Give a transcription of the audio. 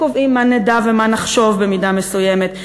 הם קובעים מה נדע ומה נחשוב במידה מסוימת,